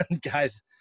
Guys